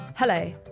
Hello